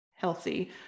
healthy